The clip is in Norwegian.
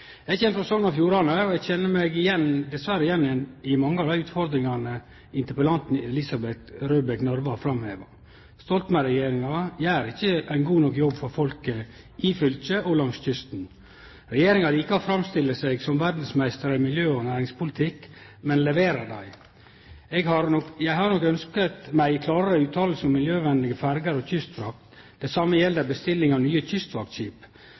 Eg kjem frå Sogn og Fjordane, og eg kjenner meg dessverre igjen i mange av dei utfordringane interpellanten Elisabeth Røbekk Nørve har framheva. Stoltenberg-regjeringa gjer ikkje ein god nok jobb for folket i fylket og langs kysten. Regjeringa likar å framstille seg som verdsmeister i miljø- og næringspolitikk. Men leverer dei? «Jeg hadde nok ønsket meg en klarere uttalelse om miljøvennlige ferger og kystfrakt. Det samme gjelder bestilling av nye